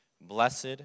Blessed